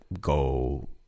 go